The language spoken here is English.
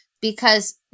because-